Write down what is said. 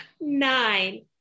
nine